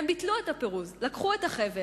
הם ביטלו את הפירוז, לקחו את החבל.